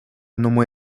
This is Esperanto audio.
nomoj